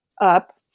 up